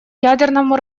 ядерному